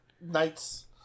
Nights